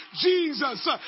Jesus